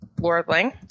Lordling